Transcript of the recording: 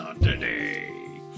today